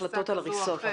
החלטות על הריסות.